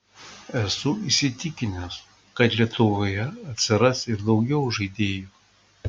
esu įsitikinęs kad lietuvoje atsiras ir daugiau žaidėjų